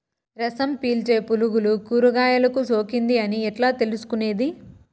రసం పీల్చే పులుగులు కూరగాయలు కు సోకింది అని ఎట్లా తెలుసుకునేది?